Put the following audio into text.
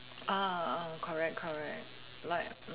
correct correct like